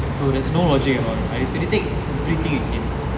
true there's no logic at all I if you take everything and